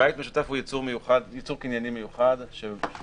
בית משותף הוא יצור קנייני מיוחד שמכיל